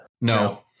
No